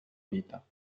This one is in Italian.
vita